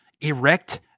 erect